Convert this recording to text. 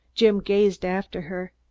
jim gazed after her.